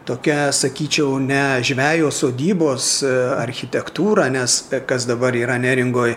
tokia sakyčiau ne žvejo sodybos architektūra nes kas dabar yra neringoj